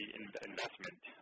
investment